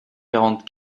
quarante